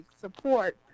support